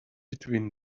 between